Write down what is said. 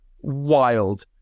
wild